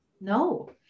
No